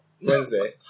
Wednesday